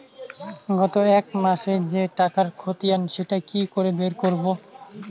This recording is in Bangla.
গত এক মাসের যে টাকার খতিয়ান সেটা কি করে বের করব?